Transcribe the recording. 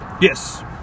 Yes